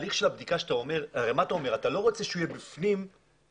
אתה אומר שאתה לא רוצה שהוא יהיה בפנים וידע,